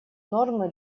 нормы